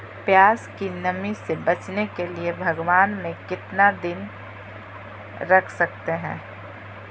प्यास की नामी से बचने के लिए भगवान में कितना दिन रख सकते हैं?